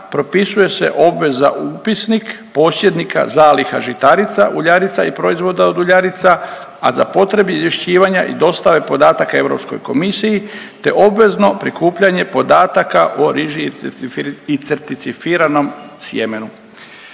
propisuje se obveza u Upisnik posjednika zaliha žitarica, uljarica i proizvoda od uljarica, a potrebe izvješćivanja i dostave podataka Europskoj komisiji, te obvezno prikupljanje podataka o riži i certificiranom sjemenu.